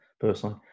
personally